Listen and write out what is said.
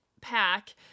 pack